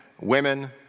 women